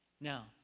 Now